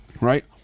Right